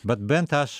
bet bent aš